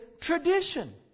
tradition